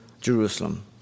Jerusalem